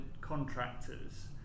contractors